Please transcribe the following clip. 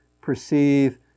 perceive